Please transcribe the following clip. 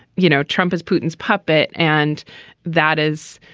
you know trump is putin's puppet and that is